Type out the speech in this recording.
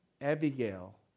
Abigail